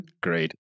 Great